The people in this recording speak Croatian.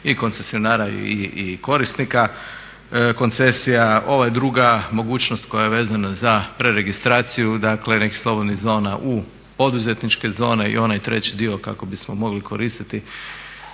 i koncesionara i korisnika koncesija. Ova druga mogućnost koja je vezana za preregistraciju, dakle nekih slobodnih zona u poduzetničke zone i onaj treći dio kako bismo mogli koristiti